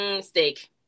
Steak